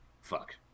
Fuck